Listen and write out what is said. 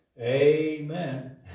Amen